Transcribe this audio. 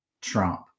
Trump